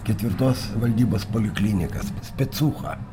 ketvirtos valdybos poliklinikas specūcha